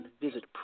visit